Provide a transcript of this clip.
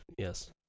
Yes